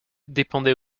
dépendait